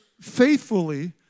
faithfully